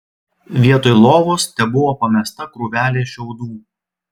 vietoj lovos tebuvo pamesta krūvelė šiaudų